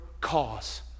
cause